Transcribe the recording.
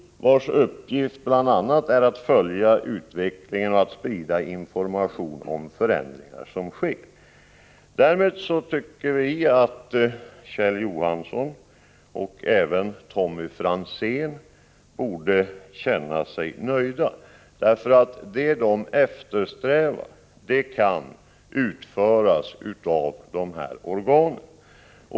Förbundets uppgift är bl.a. att följa utvecklingen och att sprida information om förändringar som sker. Därmed tycker vi att Kjell Johansson och även Tommy Franzén borde känna sig nöjda. Det som de eftersträvar kan utföras av dessa organ.